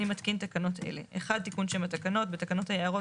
אני מתקין תקנות אלה: תיקון שם התקנות 1.בתקנות היערות